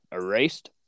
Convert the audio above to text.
erased